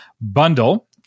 Bundle